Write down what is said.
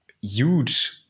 huge